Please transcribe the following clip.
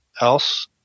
Else